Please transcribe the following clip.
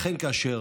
לכן, כאשר